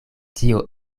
tio